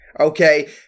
Okay